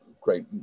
great